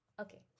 okay